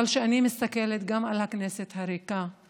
אבל כשאני מסתכלת גם על הכנסת הריקה,